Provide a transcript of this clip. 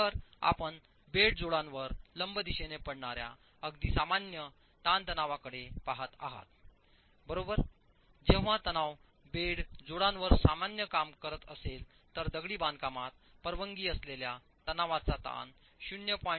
तर आपण बेड जोडांवर लंब दिशेने पडणाऱ्या अगदी सामान्य ताणतणावाकडे पहात आहात बरोबर जेव्हा तणाव बेड जोडांवर सामान्य काम करत असेल तर दगडी बांधकामात परवानगी असलेल्या तणावचा ताण 0